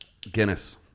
Guinness